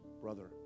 brother